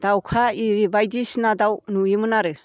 दावखा आरि बायदिसिना दाउ नुयोमोन आरो